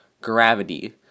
gravity